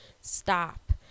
stop